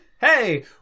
Hey